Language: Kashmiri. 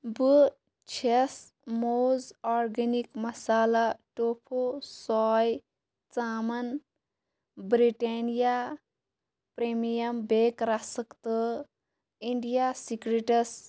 بہٕ چھَس موز آرگیٚنِک مصالا ٹوفوٗ سۅے ژامن برٛٹینیا پرٛیٖمیم بیک رسک تہٕ اِنٛڈیا سِکرِٹٕس